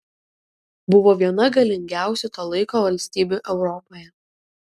buvo viena galingiausių to laiko valstybių europoje